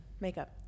makeup